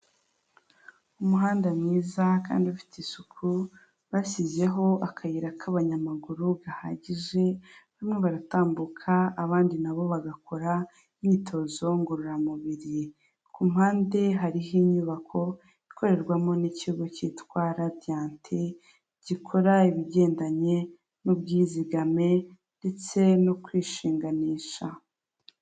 Umuhanda mwiza kandi ufite isuku bashyizeho akayira k'abanyamaguru gahagije, bamwe baratambuka abandi nabo bagakora imyitozo ngororamubiri, ku mpande hariho inyubako ikorerwamo n'ikigo cyitwa radiyanti gikora ibigendanye n'ubwizigame ndetse no kwishinganisha.